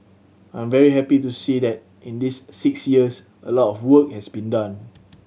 I'm very happy to see that in this six years a lot of work has been done